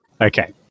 Okay